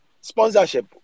sponsorship